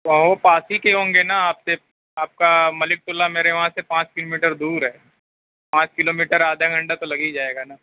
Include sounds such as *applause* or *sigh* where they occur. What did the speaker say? *unintelligible* پاس ہی کے ہوں گے نا آپ سے آپ کا ملک تُلنا میرے وہاں سے پانچ کلو میٹر دور ہے پانچ کلو میٹر آدھا گھنٹہ تو لگ ہی جائے گا نا